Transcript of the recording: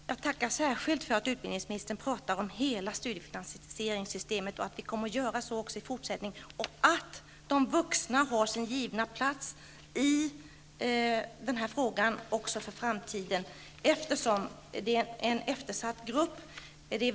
Fru talman! Jag tackar särskilt för att utbildningsministern talar om hela studiefinansieringssystemet och kommer att göra så också i fortsättningen. De vuxna har sin givna plats i detta sammanhang också för framtiden, eftersom de utgör en eftersatt grupp.